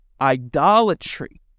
Idolatry